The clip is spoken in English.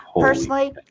Personally